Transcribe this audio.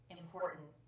important